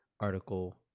article